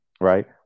right